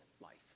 life